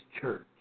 church